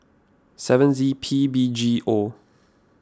seven Z P B G O